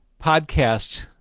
podcast